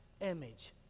image